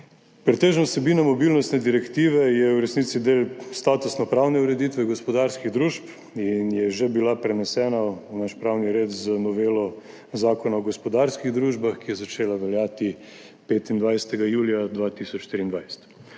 Pretežno je vsebina mobilnostne direktive v resnici del statusnopravne ureditve gospodarskih družb in je že bila prenesena v naš pravni red z novelo Zakona o gospodarskih družbah, ki je začela veljati 25. julija 2023.